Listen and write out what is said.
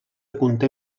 conté